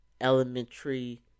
elementary